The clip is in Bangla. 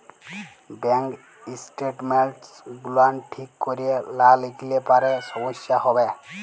ব্যাংক ইসটেটমেল্টস গুলান ঠিক ক্যরে লা লিখলে পারে সমস্যা হ্যবে